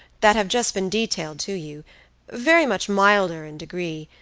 that have just been detailed to you very much milder in degree,